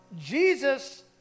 Jesus